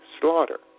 slaughter